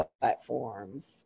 platforms